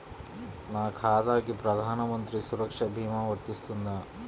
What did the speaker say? నా ఖాతాకి ప్రధాన మంత్రి సురక్ష భీమా వర్తిస్తుందా?